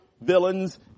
villains